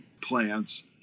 plants